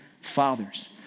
fathers